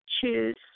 choose